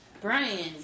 Brian